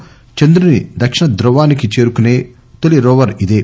ఇది చంద్రుని దక్షిణ ధృవానికి చేరుకునే తొలి రోవర్ ఇదే